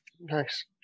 Nice